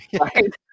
Right